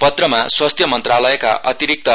पत्रमा स्वास्थ्य मनत्रालयका अतिरिक्त